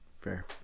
Fair